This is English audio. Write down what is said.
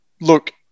Look